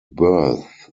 birth